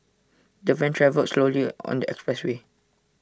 the van travelled slowly on the expressway